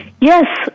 Yes